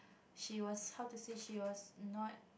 she was how to say she was annoyed